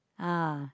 ah